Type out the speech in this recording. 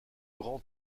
grand